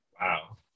Wow